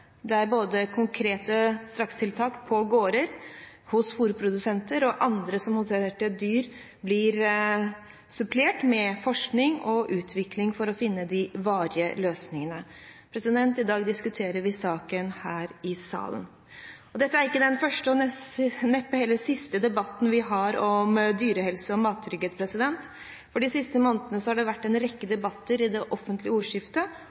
det var nødvendig med en helhetlig tilnærming til feltet, der både konkrete strakstiltak på gårder, hos fôrprodusenter og andre som håndterte dyr, ble supplert med forskning og utvikling for å finne de varige løsningene. I dag diskuterer vi saken her i salen. Dette er ikke den første – og neppe heller den siste – debatten vi har om dyrehelse og mattrygghet, for de siste månedene har det vært en rekke debatter i det offentlige ordskiftet